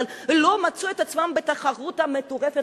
אבל לא מצאו את עצמם בתחרות המטורפת,